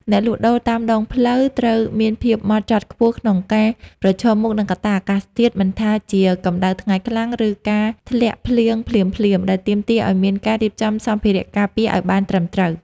អ្នកលក់ដូរតាមដងផ្លូវត្រូវមានភាពអត់ធ្មត់ខ្ពស់ក្នុងការប្រឈមមុខនឹងកត្តាអាកាសធាតុ មិនថាជាកម្ដៅថ្ងៃខ្លាំង ឬការធ្លាក់ភ្លៀងភ្លាមៗ ដែលទាមទារឱ្យមានការរៀបចំសម្ភារៈការពារឱ្យបានត្រឹមត្រូវ។